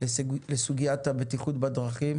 לסוגיית הבטיחות בדרכים